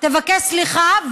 תבקש סליחה,